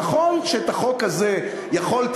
נכון שאת החוק הזה יכולתם,